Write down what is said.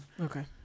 okay